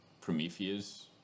Prometheus